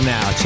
Now